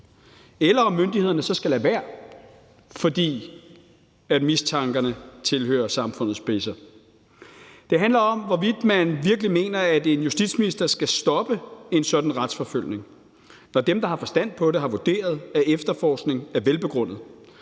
eller om myndighederne så skal lade være, fordi de mistænkte tilhører samfundets spidser. Det handler om, hvorvidt man virkelig mener, at en justitsminister skal stoppe en sådan retsforfølgning, når dem, der har forstand på det, har vurderet, at efterforskning er velbegrundet;